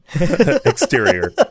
exterior